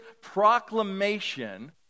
proclamation